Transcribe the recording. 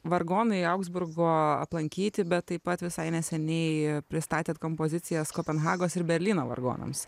vargonai augsburgo aplankyti bet taip pat visai neseniai pristatėt kompozicijas kopenhagos ir berlyno vargonams